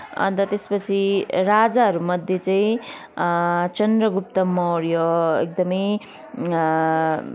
अन्त त्यसपछि राजाहरूमध्ये चाहिँ चन्द्रगुप्त मौर्य एकदमै